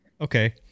Okay